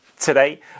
Today